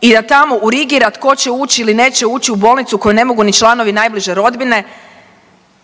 i da tamo urigira tko će ući ili neće uči u bolnicu koju ne mogu ni članovi najbliže rodbine,